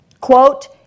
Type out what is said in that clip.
Quote